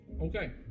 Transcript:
Okay